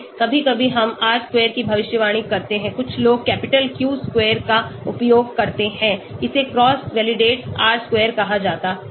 कभी कभी हम R square की भविष्यवाणी करते हैं कुछ लोग कैपिटल Q square का उपयोग करते हैं इसे क्रॉस वैलिडेटेड R square कहा जाता है